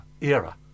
era